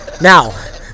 Now